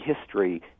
history